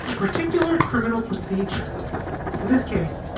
particular criminal procedure, in this case,